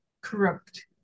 corrupt